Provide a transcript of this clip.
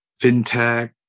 fintech